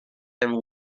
and